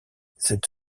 cette